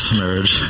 marriage